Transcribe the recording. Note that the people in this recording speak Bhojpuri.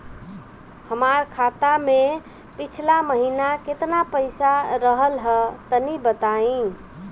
हमार खाता मे पिछला महीना केतना पईसा रहल ह तनि बताईं?